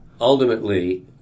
ultimately